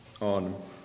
On